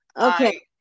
Okay